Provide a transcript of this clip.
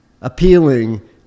appealing